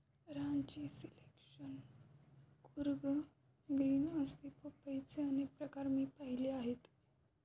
Ranchi selection, Coorg green असे पपईचे अनेक प्रकार मी पाहिले आहेत